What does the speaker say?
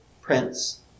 Prince